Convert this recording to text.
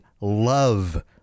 love